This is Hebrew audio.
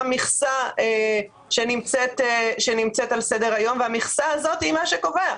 מכסה שנמצאת על סדר היום והמכסה הזאת היא מה שקובע.